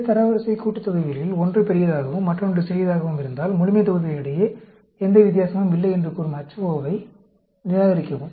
இந்த தரவரிசை கூட்டுத்தொகைகளில் ஒன்று பெரியதாகவும் மற்றொன்று சிறியதாகவும் இருந்தால் முழுமைத்தொகுதிகளிடையே எந்த வித்தியாசமும் இல்லை என்று கூறும் Ho வை நிராகரிக்கவும்